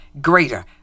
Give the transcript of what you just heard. greater